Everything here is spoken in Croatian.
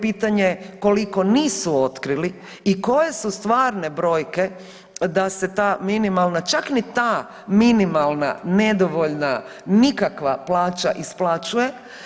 Pitanje je koliko nisu otkrili i koje su stvarne brojke da se ta minimalna, čak ni ta minimalna nedovoljna, nikakva plaća isplaćuje?